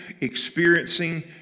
experiencing